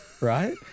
right